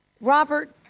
Robert